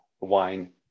wine